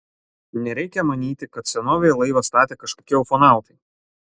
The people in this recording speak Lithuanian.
nereikia manyti kad senovėje laivą statė kažkokie ufonautai